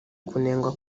kunengwa